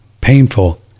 painful